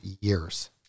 years